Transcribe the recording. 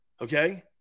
Okay